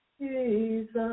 Jesus